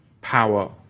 power